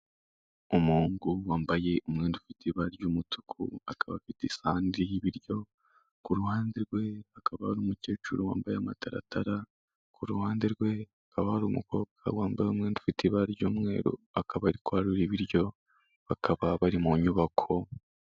Umuhungu wambaye umwenda ufite ibara ry'umutuku, akaba afite isahani iriho ibiryo, ku ruhande rwe hakaba hari umukecuru wambaye amataratara, ku ruhande rwe hakaba hari umukobwa wambaye umwenda ufite ibara ry'umweru, akaba ari kwarura ibiryo, bakaba bari mu nyubako.